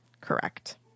correct